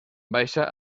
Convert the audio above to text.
baixa